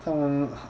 他们